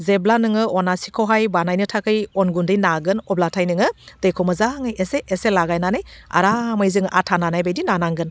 जेब्ला नोङो अनासिखौहाय बानायनो थाखै अन गुन्दै नागोन अब्लाथाइ नोङो दैखो मोजाङै एसे एसे लागायनानै आरामै जोङो आथा नानायबायदि नानांगोन